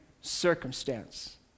circumstance